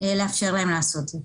לאפשר להם לעשות זאת.